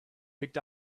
picked